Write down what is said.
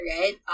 right